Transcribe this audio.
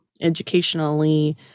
educationally